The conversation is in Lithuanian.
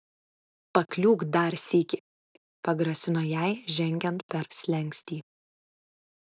pakliūk dar sykį pagrasino jai žengiant per slenkstį